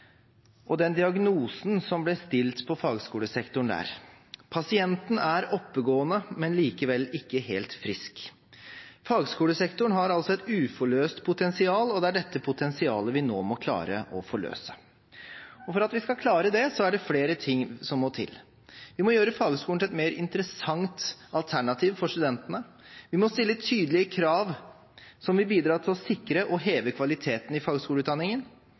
og den diagnosen som ble stilt på fagskolesektoren der, om at «pasienten absolutt er oppgående, men likevel ikke helt frisk». Fagskolesektoren har altså et uforløst potensial, og det er dette potensialet vi nå må klare å forløse. Og for at vi skal klare det, er det flere ting som må til. Vi må gjøre fagskolene til et mer interessant alternativ for studentene. Vi må stille tydelige krav som vil bidra til å sikre og heve kvaliteten i fagskoleutdanningen.